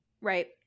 right